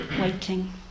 waiting